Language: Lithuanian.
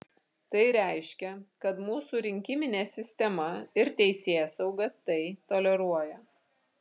tai reiškia kad mūsų rinkiminė sistema ir teisėsauga tai toleruoja